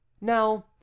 Now